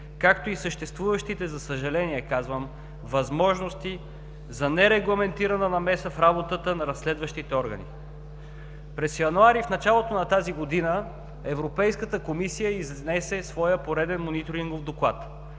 както и съществуващите, за съжаление, казвам, възможности за нерегламентирана намеса в работата на разследващите органи. През месец януари, в началото на тази година, Европейската комисия изнесе своя пореден Мониторингов доклад.